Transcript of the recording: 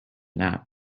nap